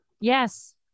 Yes